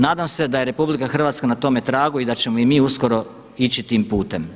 Nadam se da je RH na tome tragu i da ćemo i mi uskoro ići tim putem.